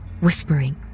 whispering